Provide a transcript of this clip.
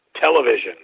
television